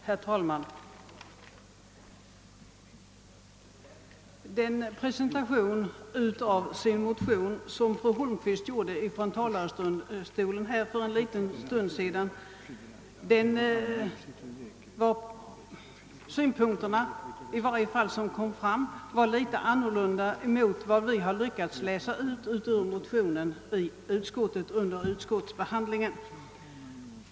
Herr talman! Den presentation av motionen som fru Holmqvist gjorde för en liten stund sedan innehöll litet andra synpunkter än vi i utskottet har läst ut ur motionen under utskottsbehandlingen.